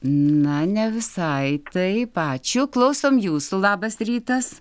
na ne visai taip ačiū klausom jūsų labas rytas